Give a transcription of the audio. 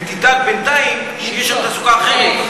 ותדאג בינתיים שתהיה שם תעסוקה אחרת,